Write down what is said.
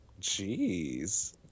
Jeez